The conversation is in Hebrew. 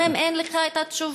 גם אם אין לך התשובה?